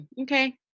Okay